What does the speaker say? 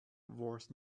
worth